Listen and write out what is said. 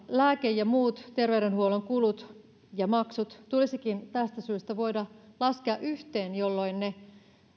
lääke ja muut terveydenhuollon kulut ja maksut tulisikin tästä syystä voida laskea yhteen jolloin ne